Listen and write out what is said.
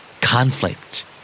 Conflict